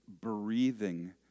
breathing